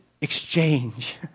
exchange